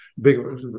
big